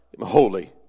holy